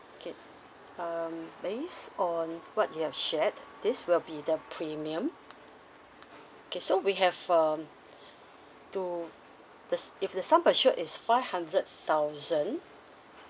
K um based on what you have shared this will be the premium K so we have um to the s~ if the sum assured is five hundred thousand